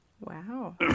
Wow